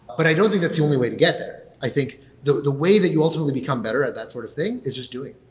but i don't think that's the only way to get there. i think the the way that you ultimately become better at that sort of thing is just doing.